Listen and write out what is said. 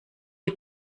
die